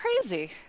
crazy